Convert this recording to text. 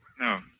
No